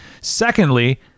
Secondly